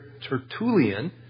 Tertullian